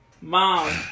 Mom